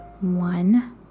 One